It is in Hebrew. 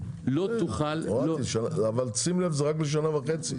לא תוכל --- שים לב, זה רק לשנה וחצי.